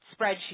spreadsheet